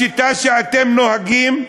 בשיטה שאתם נוהגים,